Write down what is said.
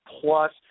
Plus